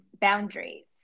boundaries